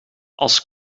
als